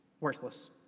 worthless